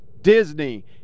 Disney